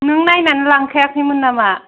नों नायनान लांखायाखैमोन नामा